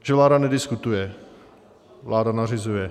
Že vláda nediskutuje, vláda nařizuje.